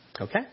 okay